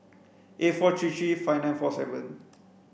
eight four three three five nine four seven